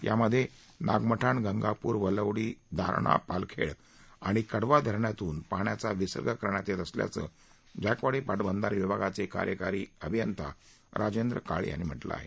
यामध्ये नागमठाण गंगापूर वलवडी दारणा पालखेड आणि कडवा धरणातून पाण्याचा विसर्ग करण्यात येत असल्याचं जायकवाडी पाटबंधारे विभागाचे कार्यकारी अभियंता राजेंद्र काळे यांनी म्हटलं आहे